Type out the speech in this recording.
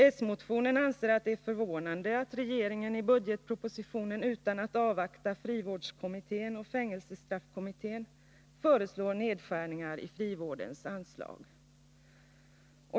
I s-motionen anser man att det är förvånande att regeringen i budgetpropositionen utan att avvakta frivårdskommitténs och fängelsestraffkommitténs betänkanden föreslår nedskärningar i frivårdens anslag.